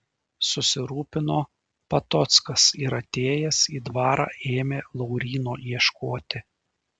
susirūpino patockas ir atėjęs į dvarą ėmė lauryno ieškoti